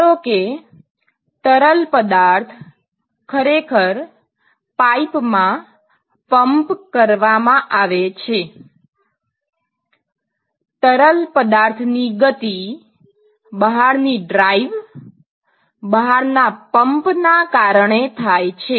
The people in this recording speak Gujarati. ધારો કે તરલ પદાર્થ ખરેખર પાઇપમાં પંપ કરવામાં આવે છે તરલ પદાર્થ ની ગતિ બહારની ડ્રાઇવ બહારના પંપના કારણે થાય છે